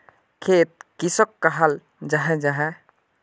खेत किसोक कहाल जाहा जाहा?